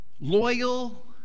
loyal